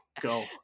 go